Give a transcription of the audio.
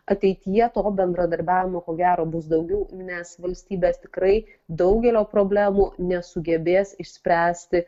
ateityje to bendradarbiavimo ko gero bus daugiau nes valstybės tikrai daugelio problemų nesugebės išspręsti